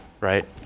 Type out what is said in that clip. right